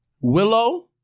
Willow